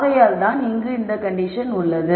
ஆகையால் தான் இங்கு இந்த கண்டிஷன் உள்ளது